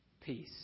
peace